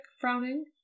frowning